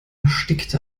erstickt